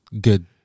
good